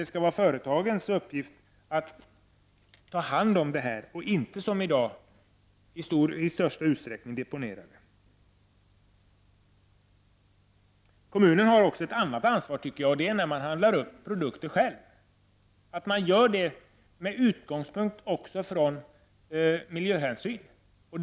Det skall vara deras uppgift att ta hand om avfallet och inte som i dag deponera det. Kommunen har också ett annat ansvar, och det gäller vid upphandling. Upphandling av produkter skall kommunerna göra med utgångspunkt i miljöhänsyn.